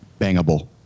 Bangable